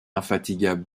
infatigable